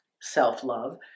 self-love